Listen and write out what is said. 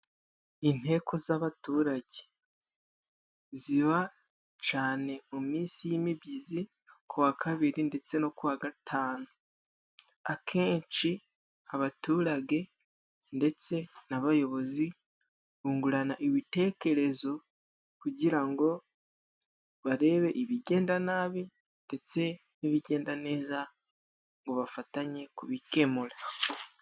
Inteko z'abaturajye ziba cyane mu minsi y'imibyizi, ku wa kabiri ndetse no kuwa gatanu .Akenshi abaturage ndetse n'abayobozi bungurana ibitekerezo, kugira ngo barebe ibigenda nabi, ndetse n'ibigenda neza, ngo bafatanye kubikemura.